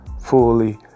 fully